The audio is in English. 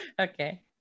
Okay